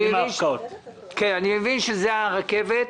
אני מבין שזה הרכבת.